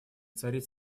царит